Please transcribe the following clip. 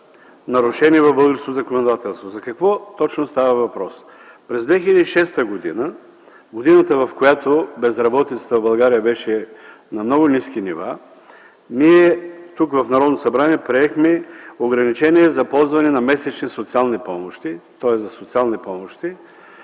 нарушени в българското законодателство. За какво точно става въпрос? През 2006 г. – годината, в която безработицата в България беше на много ниски нива, ние в Народното събрание приехме ограничение за ползване на месечни социални помощи, тоест за социални помощи,